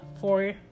four